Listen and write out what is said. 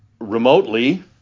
remotely